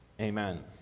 Amen